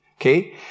okay